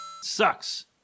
sucks